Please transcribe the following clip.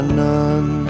none